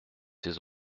ses